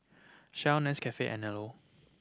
Shell Nescafe Anello